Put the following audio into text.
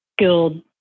skilled